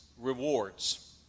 rewards